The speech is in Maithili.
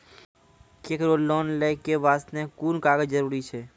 केकरो लोन लै के बास्ते कुन कागज जरूरी छै?